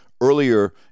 earlier